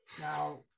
Now